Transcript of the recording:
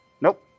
Nope